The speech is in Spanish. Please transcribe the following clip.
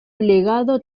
plegado